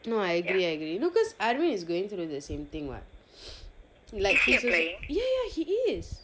no I agree I agree you know cause arwin is going through the same thing what likes he is also ya ya he is